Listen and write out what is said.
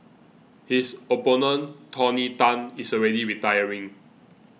his opponent Tony Tan is already retiring